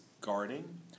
guarding